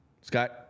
Scott